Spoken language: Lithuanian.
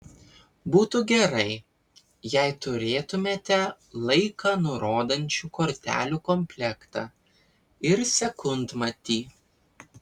būtų gerai jei turėtumėte laiką nurodančių kortelių komplektą ir sekundmatį